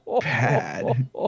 bad